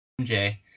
MJ